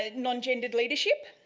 ah non-gendered leadership.